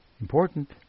important